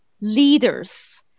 leaders